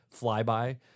flyby